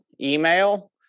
Email